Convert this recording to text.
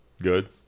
good